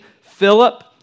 Philip